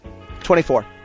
24